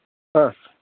ആ